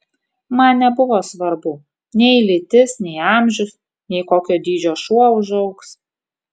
man nebuvo svarbu nei lytis nei amžius nei kokio dydžio šuo užaugs